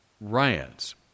riots